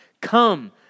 Come